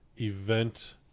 event